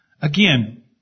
Again